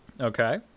Okay